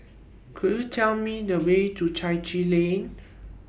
Could YOU Tell Me The Way to Chai Chee Lane